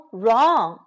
wrong